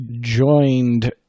joined